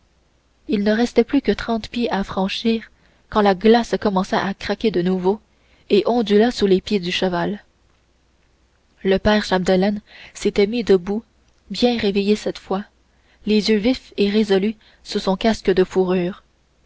il ne restait plus que trente pieds à franchir quand la glace commença à craquer de nouveau et ondula sous les pieds du cheval le père chapdelaine s'était mis debout bien réveillé cette fois les yeux vifs et résolus sous son casque de fourrure